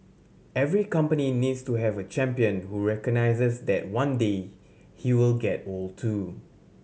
every company needs to have a champion who recognises that one day he will get old too